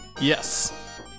Yes